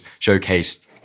showcased